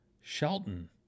Shelton